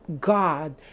God